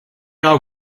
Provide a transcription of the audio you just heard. are